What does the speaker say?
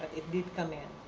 it did come in.